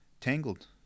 Tangled